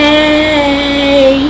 Hey